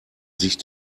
sich